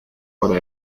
para